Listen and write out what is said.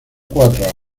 cuatro